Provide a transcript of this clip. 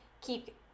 keep